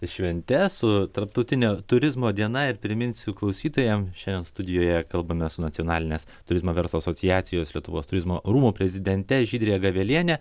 švente su tarptautine turizmo diena ir priminsiu klausytojam šiandien studijoje kalbamės su nacionalinės turizmo verslo asociacijos lietuvos turizmo rūmų prezidente žydre gaveliene